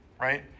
Right